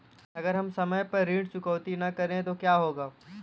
अगर हम समय पर ऋण चुकौती न करें तो क्या होगा?